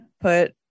put